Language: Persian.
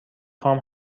خوام